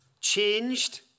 changed